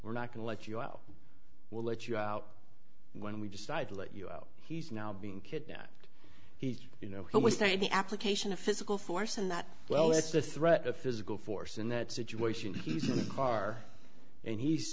we're not going to let you out we'll let you out when we decide to let you out he's now being kidnapped he's you know when we say the application of physical force and that well that's the threat of physical force in that situation he's in the car and he